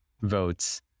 votes